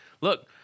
Look